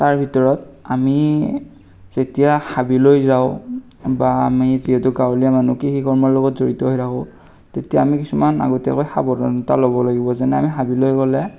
তাৰ ভিতৰত আমি যেতিয়া হাবিলৈ যাওঁ বা আমি যিহেতু গাঁৱলীয়া মানুহ কৃষি কৰ্মৰ লগত জড়িত হৈ থাকোঁ তেতিয়া আমি কিছুমান আগতীয়াকৈ সাৱধানতা ল'ব লাগিব যেনে আমি হাবিলৈ গ'লে